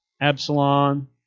Absalom